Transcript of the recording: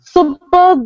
Super